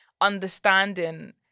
understanding